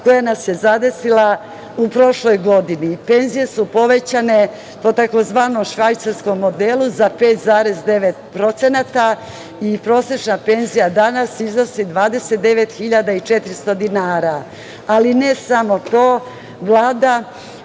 koja nas je zadesila u prošloj godini. Penzije su povećane po tzv. švajcarskom modelu za 5,9% i prosečna penzija danas iznosi 29.400 dinara. Ne samo to, Vlada